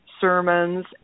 sermons